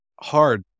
hard